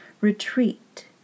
retreat